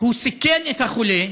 הוא סיכן את החולה,